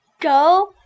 go